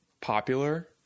popular